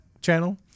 channel